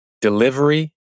Delivery